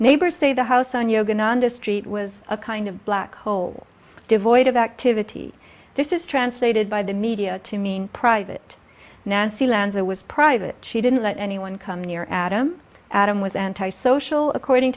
neighbors say the house on yogananda street was a kind of black hole devoid of activity this is translated by the media to mean private nancy lanza was private she didn't let anyone come near adam adam was anti social according